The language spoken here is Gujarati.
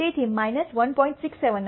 તેથી 1